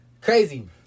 Crazy